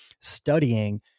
studying